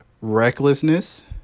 recklessness